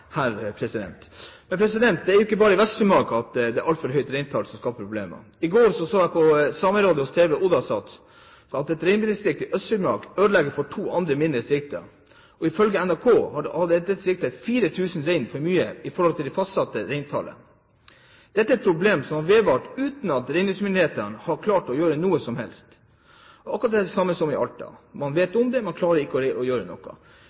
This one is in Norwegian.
her. Det er jo ikke bare i Vest-Finnmark at et altfor høyt reintall skaper problemer. I går så jeg på Sameradioens tv-nyheter Oddasat at et reindistrikt i Øst-Finnmark ødelegger for to andre mindre distrikter, og ifølge NRK har det distriktet 4 000 rein for mye i forhold til det fastsatte reintallet. Dette er et problem som har vedvart uten at reindriftsmyndighetene har klart å gjøre noe som helst. Det er akkurat det samme som i Alta – man vet om det, men man klarer ikke å gjøre noe.